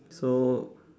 so